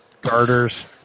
Garters